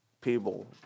people